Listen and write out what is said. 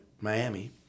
Miami